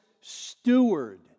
steward